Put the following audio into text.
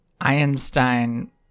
Einstein